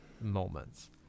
moments